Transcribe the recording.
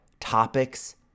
topics